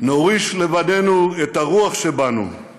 נוריש לבנינו את הרוח שבנו /